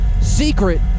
Secret